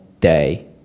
day